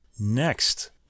Next